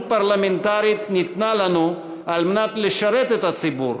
פרלמנטרית ניתנה לנו על מנת לשרת את הציבור,